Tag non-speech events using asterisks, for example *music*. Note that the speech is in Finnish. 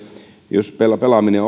jos pelaaminen *unintelligible*